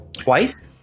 twice